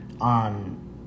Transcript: on